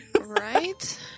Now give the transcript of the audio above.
Right